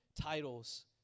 titles